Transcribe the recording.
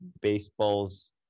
baseball's